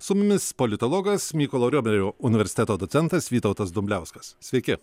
su mumis politologas mykolo riomerio universiteto docentas vytautas dumbliauskas sveiki